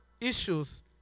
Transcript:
issues